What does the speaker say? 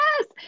Yes